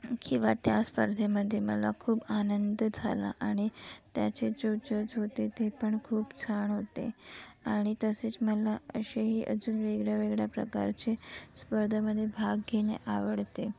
किंवा त्या स्पर्धेमध्ये मला खूप आनंद झाला आणि त्याचे जे जज होते ते पण खूप छान होते आणि तसेच मला असेही अजून वेगळ्या वेगळ्या प्रकारचे स्पर्धेमध्ये भाग घेणे आवडते